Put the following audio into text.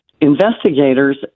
investigators